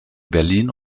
berlin